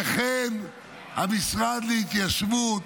וכן המשרד להתיישבות.